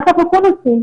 מה שאנחנו כן עושים,